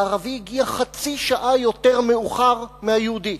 הערבי הגיע חצי שעה יותר מאוחר מהיהודי.